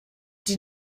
die